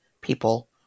people